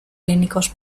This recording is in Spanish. clínicos